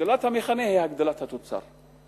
הגדלת המכנה היא הגדלת התוצר.